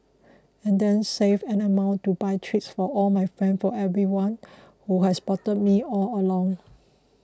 and then save an amount to buy treats for all my friends for everyone who has supported me all along